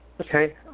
Okay